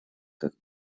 как